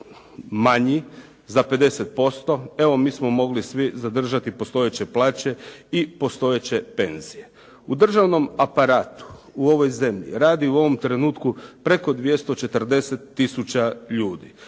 manji za 50%, evo mi smo mogli svi zadržati postojeće plaće i postojeće penzije. U državnom aparatu u ovoj zemlji radi u ovom trenutku preko 240 tisuća ljudi.